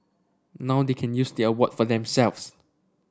now they can use the award for themselves